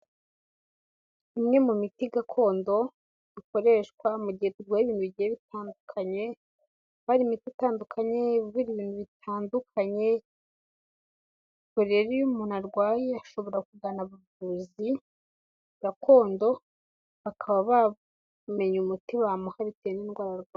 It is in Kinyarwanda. Imwe mu miti gakondo, ikoreshwa mu biHe bitandukanye, harimoto itandukanye ibintu bitandukanye poreri iyo umuntu arwaye ashobora kugana abavuzi gakondo, bakaba bamenye umuti wa bamuha bitera indwara.